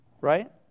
right